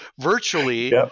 Virtually